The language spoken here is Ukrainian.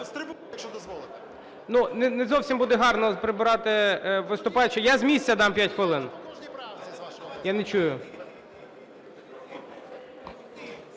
не зовсім буде гарно прибирати виступаючого, я з місця дам 5 хвилин. Я не чую.